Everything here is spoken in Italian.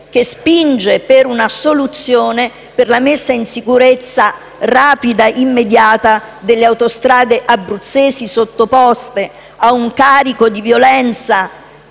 che spinge per una soluzione relativamente alla messa in sicurezza rapida e immediata delle autostrade abruzzesi, sottoposte a un carico di violenza